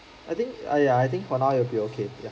I think !aiya! I think for now it'll be okay ya